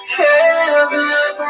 heaven